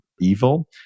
evil